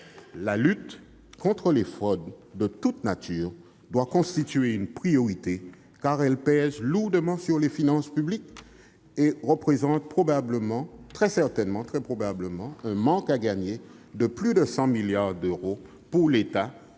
La lutte contre les fraudes de toutes natures doit constituer une priorité, car elles pèsent lourdement sur les finances publiques et représentent, très probablement, un manque à gagner de plus de 100 milliards d'euros pour l'État, pour les